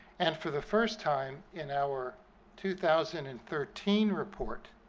and for the first time in our two thousand and thirteen report